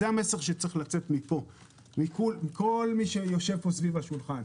זה המסר שצריך לצאת מכל מי שיושב פה סביב השולחן,